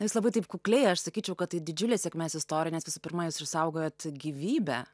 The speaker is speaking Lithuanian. jūs labai taip kukliai aš sakyčiau kad tai didžiulės sėkmės istorines visų pirma jūs išsaugojot gyvybę